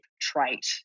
trait